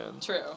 True